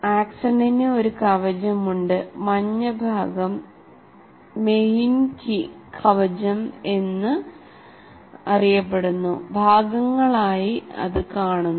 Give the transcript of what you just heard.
ആക്സണിന് ഒരു കവചമുണ്ട് മഞ്ഞ ഭാഗം മെയ്ലിൻ കവചം ഭാഗങ്ങൾ ആയി കാണുന്നു